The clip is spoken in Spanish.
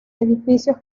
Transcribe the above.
edificios